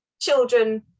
children